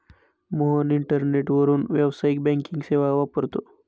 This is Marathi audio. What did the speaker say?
मोहन इंटरनेटवरून व्यावसायिक बँकिंग सेवा वापरतो